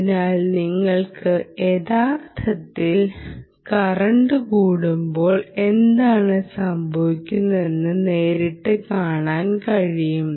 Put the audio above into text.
അതിനാൽ നിങ്ങൾക്ക് യഥാർത്ഥത്തിൽ കറന്റ് കൂടുമ്പോൾ എന്താണ് സംഭവിക്കുന്നതെന്ന് നേരിട്ട് കാണാനും കഴിയും